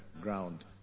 ground